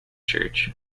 church